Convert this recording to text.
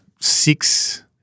six